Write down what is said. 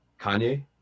kanye